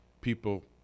people